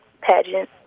pageant